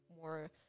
more